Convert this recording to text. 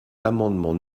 l’amendement